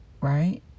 right